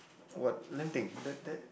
what let me think that that